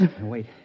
wait